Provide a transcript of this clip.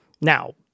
Now